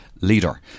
leader